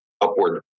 upward